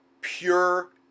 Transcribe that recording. pure